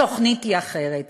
התוכנית היא אחרת,